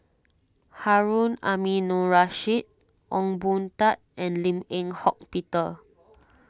Harun Aminurrashid Ong Boon Tat and Lim Eng Hock Peter